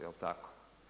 Jel' tako?